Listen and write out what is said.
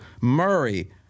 Murray